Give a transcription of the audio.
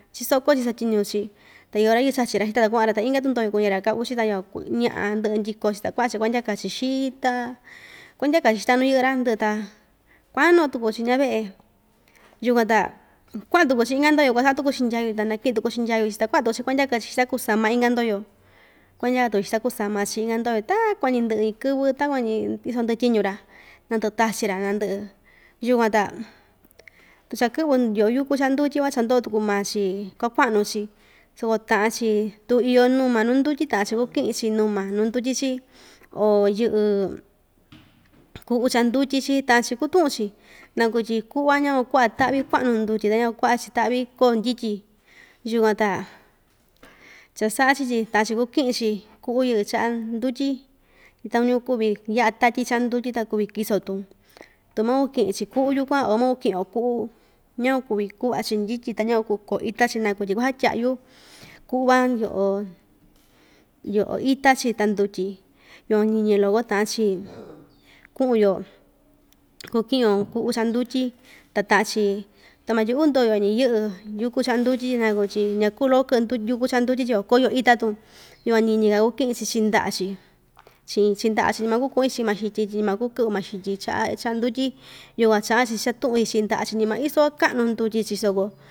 Chisoko‑chi satyiñu‑chi ta iyo rayɨɨ chachi‑ra xita ta kuaꞌan‑ra ta inka tuku ndoyo kuñi‑ra ka uchi ta yukuan kuu ñaꞌa ndɨꞌɨ ndyiko‑chi ta kuaꞌan‑chi kuandyaka‑chi xita kuandyaka‑chi xita nuu xɨꞌɨ‑ra ndɨꞌɨ ta kuanuꞌu tuku. Chi ndyaa veꞌe yukuan ta kuaꞌan tuku‑chi inka ndoyo kuasaꞌa tuku‑chi ndyayu ta nakɨꞌɨn tuku‑chi ndyayu‑chi ta kuaꞌan tuku‑chi kuandyaka‑chi xita kusama inka ndoyo kuandyaka tuuchi xita kusama‑chi inka ndoyo takuan‑ñi ndɨꞌɨ iin kɨvɨ takuan‑ñi iso ndyɨꞌɨ tyiñu‑ra naa ndɨꞌɨ tachi‑ra naa ndɨꞌɨ yukuan ta tucha kɨꞌvɨ ndyoo yuku chaꞌa ndutyi van cha ndoo tuku maa‑chi kuakuaꞌnu‑chi soko taꞌa‑chi tu iyo numa nuu ndutyi taꞌan‑chi kukɨꞌɨ‑chi numa nuu ndutyi‑chi oo yɨꞌɨ kuꞌu chaꞌa ndutyi‑chi taꞌa‑chi kuu tuꞌun‑chi naku tyi kuꞌva ña kua kuaꞌa taꞌvi kuaꞌnu ndutyi ta ña kuakuaꞌa‑chi taꞌvi koo ndityi yukuan ta cha saꞌa‑chi tyi taꞌn‑chi kuu kɨꞌɨ‑chi kuꞌu yɨꞌɨ chaꞌa ndutyi takuñu kuvi yaꞌa tatyi chaꞌa ndutyi ta kuvi kiso‑tun tuu maa kukiꞌin‑chi kuꞌu yukuan oo makukiꞌin‑to kuꞌu ñakuakuvi kuꞌvachi ndɨtyɨ ta ñakuakuu koo ita‑chi naku tyi suasatyaꞌyu kuꞌu‑van yoꞌo yoꞌo ita‑chi ta ndutyi yukuan ñiñi loko taꞌa‑chi kuꞌun‑yo kukiꞌin‑yo kuꞌu chaꞌa ndutyi ta taꞌan‑chi tama tyi uu ndoyo‑i yɨꞌɨ yuku chaꞌa ndutyi naku tyi ñakuu loko kɨꞌɨ yuku chaꞌa ndutyi tyi kuako‑yo ita‑tun yukuan ñiñi loko kiꞌi‑chi chiꞌin ndyaꞌa‑chi chiꞌin chiꞌin ndaꞌa‑chi tyi makuu kuꞌun‑chi chiꞌin maxityi tyi makuu kɨꞌvɨ maxityi chaꞌa chaꞌa ndutyi yukuan chaꞌan‑chi cha tuꞌun‑chi chiꞌi ndaꞌa‑chi ñimaa isoka kaꞌnu ndutyi‑chi soko.